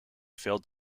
failed